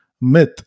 myth